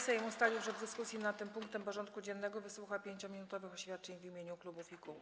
Sejm ustalił, że w dyskusji nad tym punktem porządku dziennego wysłucha 5-minutowych oświadczeń w imieniu klubów i kół.